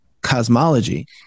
cosmology